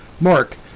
Mark